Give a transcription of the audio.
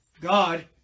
God